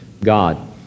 God